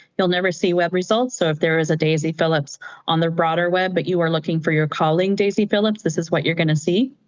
you'll never see web results. so if there is a daisy phillips on the broader web, but you are looking for, you're calling daisy phillips, this is what you're going to see.